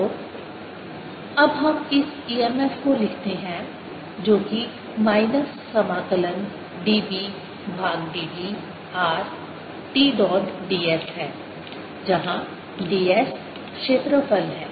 तो अब हम इस EMF को लिखते हैं जो कि माइनस समाकलन db भाग dt r t dot ds है जहां ds क्षेत्रफल है